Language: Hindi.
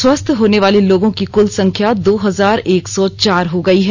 स्वस्थ होने वाले लोगों की कुल संख्या दो हजार एक सौ चार हो गयी है